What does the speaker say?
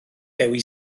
dewi